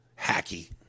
Hacky